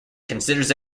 considers